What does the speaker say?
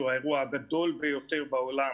שהוא האירוע הגדול ביותר בעולם